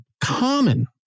common